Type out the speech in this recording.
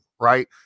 right